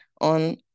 on